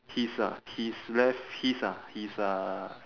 his ah his left his ah his uh